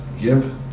give